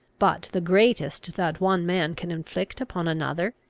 but the greatest that one man can inflict upon another?